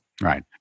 Right